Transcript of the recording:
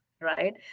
right